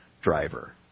Driver